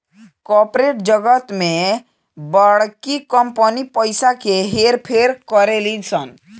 corporate जगत में बड़की कंपनी पइसा के हेर फेर करेली सन